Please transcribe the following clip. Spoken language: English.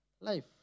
life